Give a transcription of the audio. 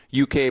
UK